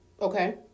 Okay